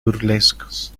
burlescos